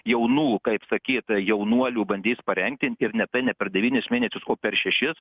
jaunų kaip sakyt jaunuolių bandys parengti ir ne tai ne per devynis mėnesius o per šešis